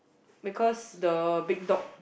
because the big dog